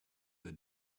the